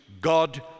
God